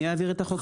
אני אעביר את החוק.